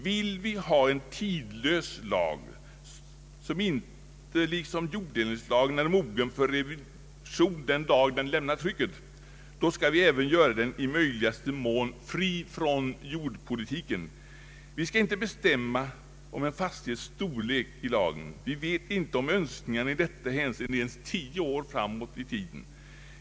Vill vi ha en tidlös lag, som inte liksom jorddelningslagen är mogen för revision den dag den lämnar trycket, då ska vi även göra den i möjligaste mån fri från jordpolitiken. Vi ska inte bestämma om en fastighets storlek i lagen, vi vet inte om önskningarna i detta hänseende ens 10 år framåt i tiden.